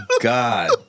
God